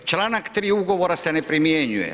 Čl. 3. ugovora se ne primjenjuje.